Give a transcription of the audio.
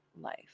life